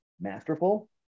masterful